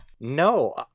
No